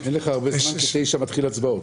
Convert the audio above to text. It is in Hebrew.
אין לך הרבה זמן כי בשעה 21:00 מתחילה המליאה.